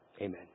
Amen